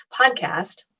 podcast